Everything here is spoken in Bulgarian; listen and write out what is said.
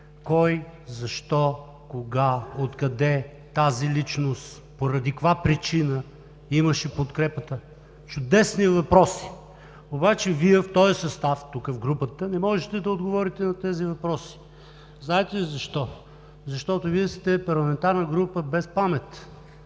кой, защо, кога, от къде, тази личност поради каква причина имаше подкрепата? Чудесни въпроси. Обаче Вие в този състав, тук, в групата, не можете да отговорите на тези въпроси. Знаете ли защо? Защото Вие сте парламентарна група без памет.